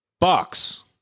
Box